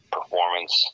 Performance